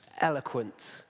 eloquent